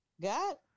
got